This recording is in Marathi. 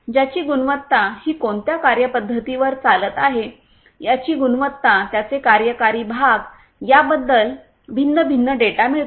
ज्याची गुणवत्ता ही कोणत्या कार्यपद्धतीवर चालत आहे याची गुणवत्ता त्याचे कार्यकारी भाग याबद्दल भिन्न भिन्न डेटा मिळतो